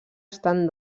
estan